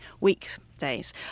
weekdays